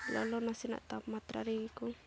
ᱞᱚᱞᱚ ᱱᱟᱥᱮᱱᱟᱜ ᱛᱟᱯᱢᱟᱛᱨᱟ ᱨᱮᱜᱮ ᱠᱚ